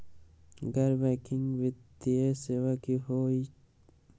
गैर बैकिंग वित्तीय सेवा की होअ हई?